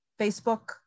Facebook